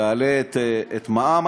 תעלה את המע"מ.